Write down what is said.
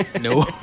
No